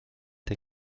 der